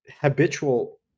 habitual